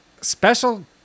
special